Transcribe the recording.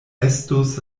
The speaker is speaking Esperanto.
estus